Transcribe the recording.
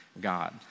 God